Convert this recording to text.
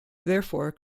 therefore